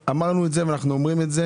אמרנו את זה ואנו אומרים את זה